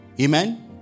amen